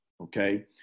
okay